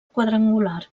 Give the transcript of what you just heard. quadrangular